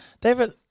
David